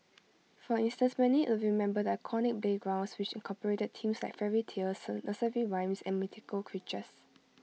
for instance many remember the iconic playgrounds which incorporated themes like fairy tales nursery rhymes and mythical creatures